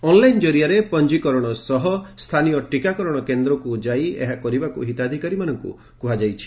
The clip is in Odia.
ଅନ୍ଲାଇନ କରିଆରେ ପଞ୍ଜିକରଣ କରିବା ସହ ସ୍ଥାନୀୟ ଟିକାକରଣ କେନ୍ଦ୍ରରେ ଯାଇ ଏହା କରିବାକୁ ହିତାଧିକାରୀମାନଙ୍କୁ କୁହାଯାଇଛି